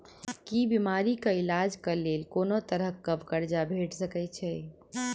की बीमारी कऽ इलाज कऽ लेल कोनो तरह कऽ कर्जा भेट सकय छई?